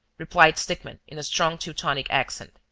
replied stickmann, in a strong teutonic accent.